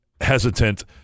hesitant